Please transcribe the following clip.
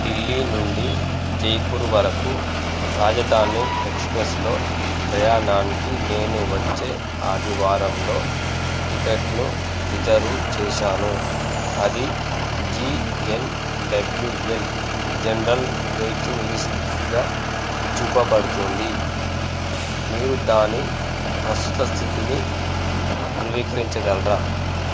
ఢిల్లీ నుండి జైపూర్ వరకు రాజధాని ఎక్స్ప్రెస్లో ప్రయాణానికి నేను వచ్చే ఆదివారంలో టికెట్ను రిజర్వు చేసాను అది జీఎన్డబ్లూఎల్ జనరల్ వెయిటింగ్ లిస్ట్గా చూపబడుతోంది మీరు దాని ప్రస్తుత స్థితిని ధృవీకరించగలరా